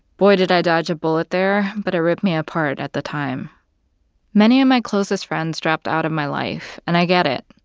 boy, did i dodge a bullet there. but it ah ripped me apart at the time many of my closest friends dropped out of my life, and i get it.